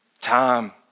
Time